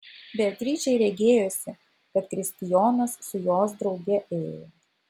beatričei regėjosi kad kristijonas su jos drauge ėjo